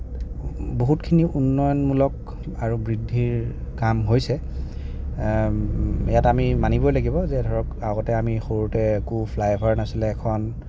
বহুতখিনি উন্নয়নমূলক আৰু বৃদ্ধিৰ কাম হৈছে ইয়াত আমি মানিবই লাগিব যে ধৰক আগতে আমি সৰুতে একো ফ্লাইঅ'ভাৰ নাছিলে এখন